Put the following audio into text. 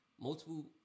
multiple